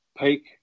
peak